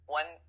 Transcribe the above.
one